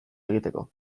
egiteko